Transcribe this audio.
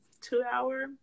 two-hour